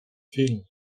film